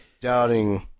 doubting